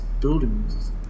buildings